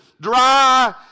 dry